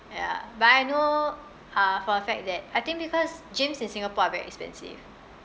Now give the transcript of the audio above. ya but I know uh for a fact that I think because gyms in singapore are very expensive